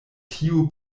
tiu